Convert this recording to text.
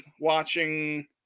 watching